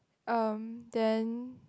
um then